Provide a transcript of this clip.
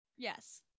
Yes